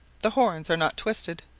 the horns are not twisted,